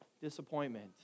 disappointment